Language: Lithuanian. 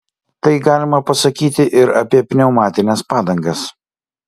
tai galima pasakyti ir apie pneumatines padangas